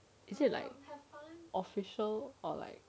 is it like official or like